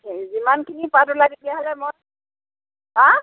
হেৰি যিমানখিনি পাত ওলায় তেতিয়াহ'লে মই হাঁ